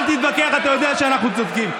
אל תתווכח, אתה יודע שאנחנו צודקים.